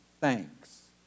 thanks